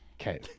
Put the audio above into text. okay